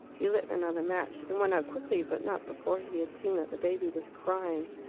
he lit another match. it went out quickly, but not before he had seen that the baby was crying.